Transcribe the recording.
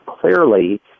clearly